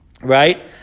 right